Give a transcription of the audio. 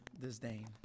disdain